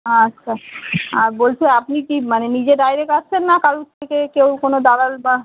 আচ্ছা আর বলছি আপনি কি মানে নিজে ডায়রেক্ট আসছেন না কারোর থেকে কেউ কোনো দালাল বা